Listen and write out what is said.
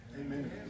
Amen